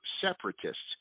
separatists